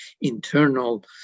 internal